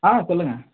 ஆ சொல்லுங்கள்